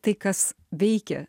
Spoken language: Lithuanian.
tai kas veikia